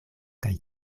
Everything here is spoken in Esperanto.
kaj